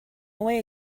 away